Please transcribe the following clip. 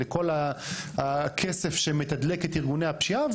לכל הכסף שמתדלק את ארגוני הפשיעה,